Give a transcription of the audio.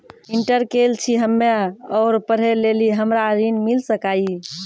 Inter केल छी हम्मे और पढ़े लेली हमरा ऋण मिल सकाई?